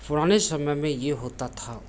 पुराने समय में यह होता था